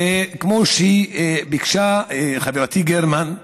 כמו שביקשה חברתי גרמן,